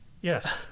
Yes